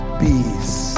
peace